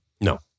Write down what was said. No